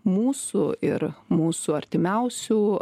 mūsų ir mūsų artimiausių